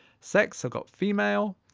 sex, i've got female,